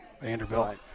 Vanderbilt